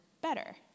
better